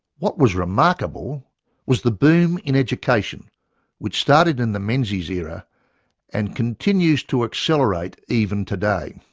what was remarkable was the boom in education which started in the menzies era and continues to accelerate even today.